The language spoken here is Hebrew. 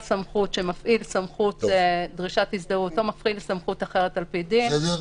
סמכות שמפעיל סמכות לדרישת הזדהות או סמכות אחרת על פי דין,